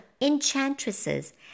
enchantresses